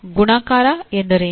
ಗುಣಾಕಾರ ಎಂದರೇನು